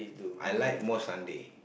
I like more Sunday